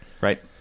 Right